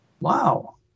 wow